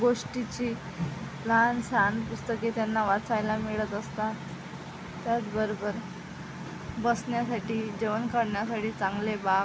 गोष्टीची लहान सहान पुस्तके त्यांना वाचायला मिळत असतात त्याचबरोबर बसण्यासाठी जेवण करण्यासाठी चांगले बाक